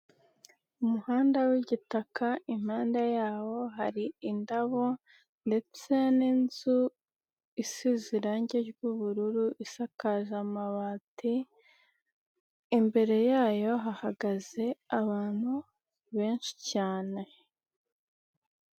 Umuhanda w'igitaka impanda yawo hari indabo ndetse n'inzu isize irange ry'ubururu isakaza amabati, imbere yayo hahagaze abantu benshi cyane.